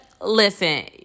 listen